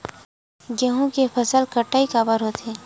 गेहूं के फसल कटाई काबर होथे?